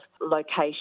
location